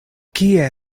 kie